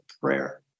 prayer